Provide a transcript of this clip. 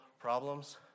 problems